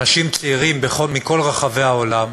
אנשים צעירים מכל רחבי העולם,